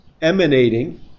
emanating